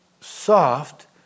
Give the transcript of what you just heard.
soft